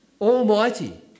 Almighty